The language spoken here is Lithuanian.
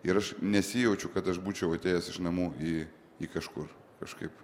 ir aš nesijaučiu kad aš būčiau atėjęs iš namų į į kažkur kažkaip